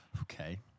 Okay